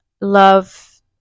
love